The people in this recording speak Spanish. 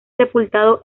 sepultado